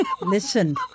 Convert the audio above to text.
listen